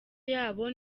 yabo